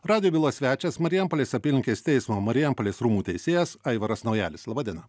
radijo byla svečias marijampolės apylinkės teismo marijampolės rūmų teisėjas aivaras naujalis laba diena